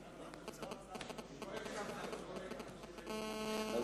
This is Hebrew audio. חבר הכנסת מוחמד ברכה, הממשלה